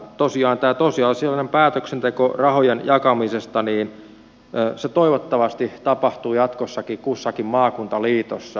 tosiaan tämä tosiasiallinen päätöksenteko rahojen jakamisesta toivottavasti tapahtuu jatkossakin kussakin maakuntaliitossa